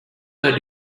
third